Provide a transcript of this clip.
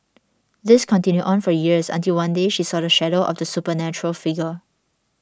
this continued on for years until one day she saw the shadow of the supernatural figure